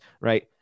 right